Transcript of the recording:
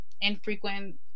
infrequent